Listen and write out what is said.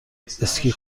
اسکی